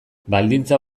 baldintza